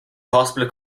possibly